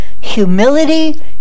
humility